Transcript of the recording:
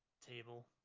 table